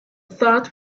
thought